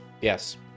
yes